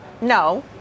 No